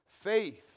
Faith